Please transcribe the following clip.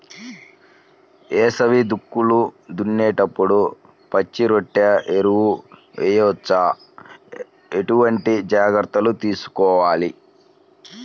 వేసవి దుక్కులు దున్నేప్పుడు పచ్చిరొట్ట ఎరువు వేయవచ్చా? ఎటువంటి జాగ్రత్తలు తీసుకోవాలి?